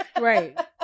Right